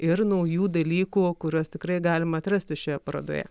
ir naujų dalykų kuriuos tikrai galima atrasti šioje parodoje